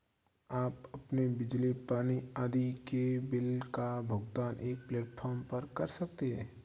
आप अपने बिजली, पानी आदि के बिल का भुगतान एक प्लेटफॉर्म पर कर सकते हैं